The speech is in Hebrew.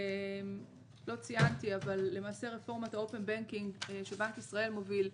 לא ציינתי אבל למעשה רפורמת הבנקאות הפתוחה שבנק ישראל מוביל,